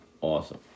awesome